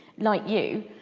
like you,